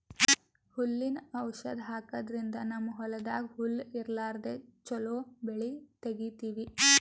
ಹುಲ್ಲಿನ್ ಔಷಧ್ ಹಾಕದ್ರಿಂದ್ ನಮ್ಮ್ ಹೊಲ್ದಾಗ್ ಹುಲ್ಲ್ ಇರ್ಲಾರ್ದೆ ಚೊಲೋ ಬೆಳಿ ತೆಗೀತೀವಿ